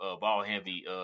ball-heavy